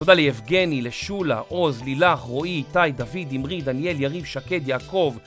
תודה ליבגני, לשולה, עוז, לילך, רועי, איתי, דוד, עמרי, דניאל, יריב, שקד, יעקב.